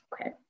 Okay